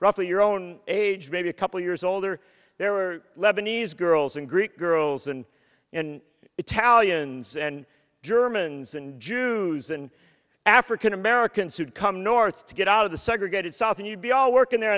roughly your own age maybe a couple years older there are lebanese girls and greek girls and and italians and germans and jews and african americans who'd come north to get out of the segregated south and you'd be all working there